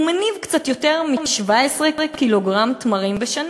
והוא מניב קצת יותר מ-17 קילוגרם תמרים בשנה.